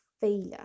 failure